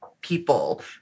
people